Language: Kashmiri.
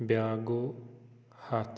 بیٛاکھ گوٚو ہَتھ